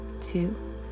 two